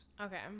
Okay